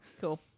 Cool